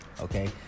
Okay